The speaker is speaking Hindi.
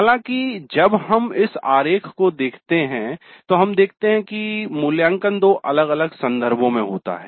हालाँकि जब हम इस आरेख को देखते हैं तो हम देखते हैं कि मूल्यांकन दो अलग अलग संदर्भों में होता है